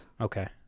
Okay